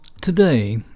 Today